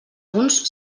punts